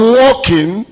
walking